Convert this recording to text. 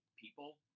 people